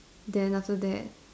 then after that